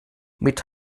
mit